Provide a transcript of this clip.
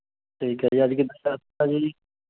ਠੀਕ ਹੈ ਜੀ ਅੱਜ ਕਿੱਦਾਂ ਯਾਦ ਕੀਤਾ ਜੀ